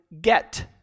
get